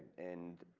and.